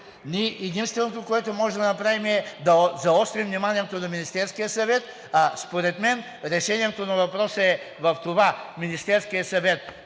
ние единственото, което можем да направим, е да заострим вниманието на Министерския съвет, а според мен решението на въпроса е в това Министерският съвет